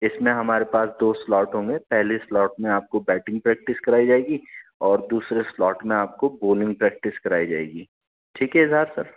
اس میں ہمارے پاس دو سلاٹ ہوں گے پہلے سلاٹ میں آپ کو بیٹنگ پریکٹس کرائی جائے گی اور دوسرے سلاٹ میں آپ کو بولنگ پریکٹس کرائی جائے گی ٹھیک ہے اظہار سر